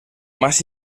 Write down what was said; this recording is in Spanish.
más